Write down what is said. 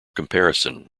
comparison